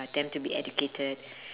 them to be educated